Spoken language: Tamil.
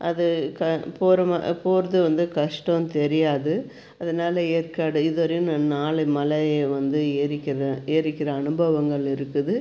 அது க போகிற ம போகிறது வந்து கஷ்டம் தெரியாது அதனால ஏற்காடு இது வரையும் நான் நாலு மலை வந்து ஏறிக்கிறேன் ஏறிக்கிற அனுபவங்கள் இருக்குது